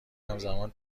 همزمان